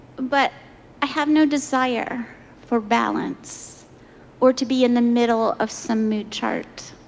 but i have no desire for balance or to be in the middle of some mood chart.